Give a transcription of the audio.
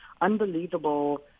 unbelievable